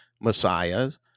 Messiah's